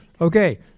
Okay